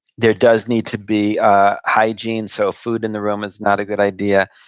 there does need to be ah hygiene, so food in the room is not a good idea.